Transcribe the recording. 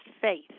faith